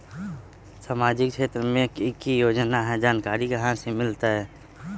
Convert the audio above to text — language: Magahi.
सामाजिक क्षेत्र मे कि की योजना है जानकारी कहाँ से मिलतै?